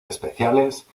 especiales